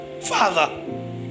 Father